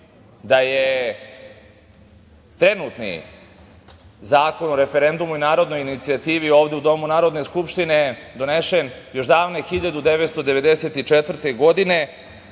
da je trenutni Zakon o referendumu i narodnoj inicijativi ovde u Domu Narodne skupštine donesen još davne 1994. godine,